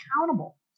accountable